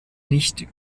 nicht